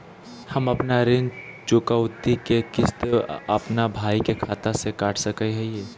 हम अपन ऋण चुकौती के किस्त, अपन भाई के खाता से कटा सकई हियई?